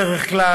בדרך כלל,